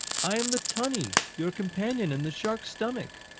i am the tunny, your companion in the shark's stomach.